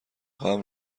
خواهم